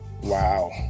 Wow